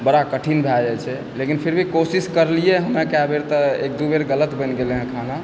बड़ा कठिन भए गेल छै लेकिन फिर भी कोशिश करलियै हन कएबेर तऽ एक दू बेर गलत बनि गेलै हंँ खाना